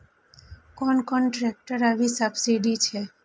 कोन कोन ट्रेक्टर अभी सब्सीडी छै?